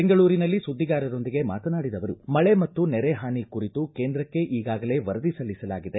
ಬೆಂಗಳೂರಿನಲ್ಲಿ ಸುದ್ದಿಗಾರರಿಗೆ ಈ ವಿಷಯ ತಿಳಿಸಿದ ಸಚಿವರು ಮಳೆ ಮತ್ತು ನೆರೆ ಹಾನಿ ಕುರಿತು ಕೇಂದ್ರಕ್ಷೆ ಈಗಾಗಲೇ ವರದಿ ಸಲ್ಲಿಸಲಾಗಿದೆ